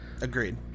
Agreed